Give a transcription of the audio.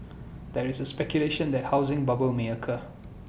there is speculation that A housing bubble may occur